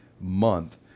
month